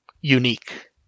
unique